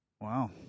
Wow